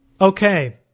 Okay